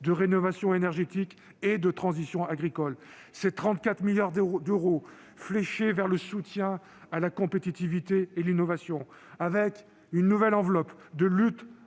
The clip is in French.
de rénovation énergétique et de transition agricole. Ce sont 34 milliards d'euros fléchés vers le soutien à la compétitivité et l'innovation, avec une nouvelle enveloppe de lutte